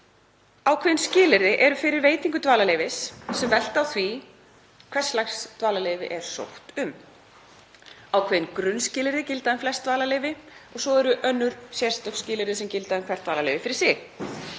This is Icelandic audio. Ákveðin skilyrði eru fyrir veitingu dvalarleyfis sem velta á því hvers lags dvalarleyfi er sótt um. Ákveðin grunnskilyrði gilda um flest dvalarleyfi og svo eru önnur sérstök skilyrði sem gilda um hvert dvalarleyfi fyrir sig.